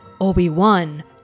Obi-Wan